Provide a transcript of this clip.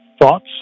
thoughts